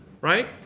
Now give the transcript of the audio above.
right